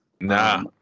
Nah